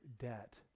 debt